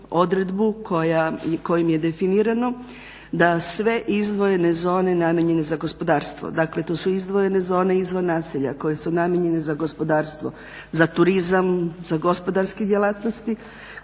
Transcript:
odredbu kojom je definirano da sve izdvojene zone namijenjene za gospodarstvo, dakle tu su izdvojene zone izvan naselja koje su namijenjene za gospodarstvo, za turizam, za gospodarske djelatnosti